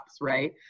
right